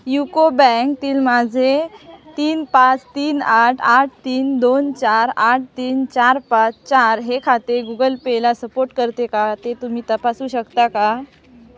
UCO बँकेतील माझे तीन पाच तीन आठ आठ तीन दोन चार आठ तीन चार पाच चार हे खाते गुगल पेला सपोर्ट करते का ते तुम्ही तपासू शकता का